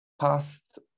past